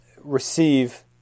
receive